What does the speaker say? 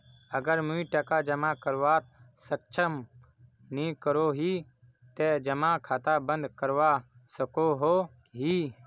अगर मुई टका जमा करवात सक्षम नी करोही ते जमा खाता बंद करवा सकोहो ही?